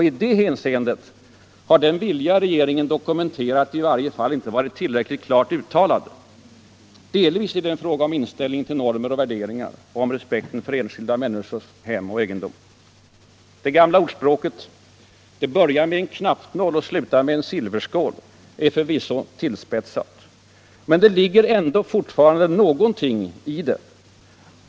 I det hänseendet har den vilja regeringen dokumenterat i varje fall inte varit tillräckligt klart uttalad. Delvis är det en fråga om inställningen till normer och värderingar och om respekten för enskilda människors hem och egendom. Det gamla ordspråket ”Det börjar med en knappnål och slutar med en silverskål” är förvisso tillspetsat. Men det ligger ändå fortfarande någonting i det.